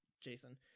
Jason